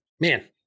Man